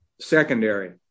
Secondary